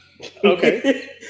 Okay